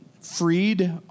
freed